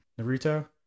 Naruto